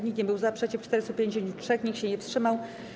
Nikt nie był za, przeciw - 453, nikt się nie wstrzymał.